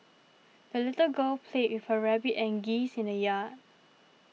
the little girl played with her rabbit and geese in the yard